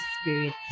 Spirit